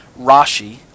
Rashi